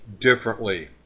differently